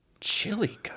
Chili